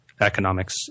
economics